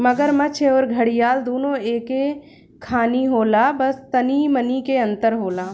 मगरमच्छ अउरी घड़ियाल दूनो एके खानी होला बस तनी मनी के अंतर होला